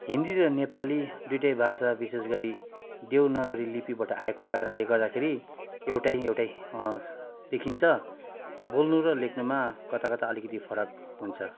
हिन्दी र नेपाली दुइटै भाषा विशेष गरी देवनागरी लिपिबाट आएको कारणले गर्दाखेरि एउटै एउटै देखिन्छ बोल्नु र लेख्नुमा कता कता अलिकिति फरक हुन्छ